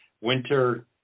winter